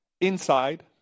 inside